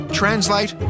translate